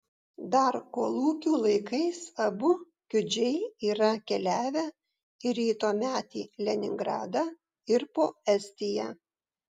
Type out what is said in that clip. dar kolūkių laikais abu kiudžiai yra keliavę ir į tuometį leningradą ir po estiją